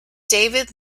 david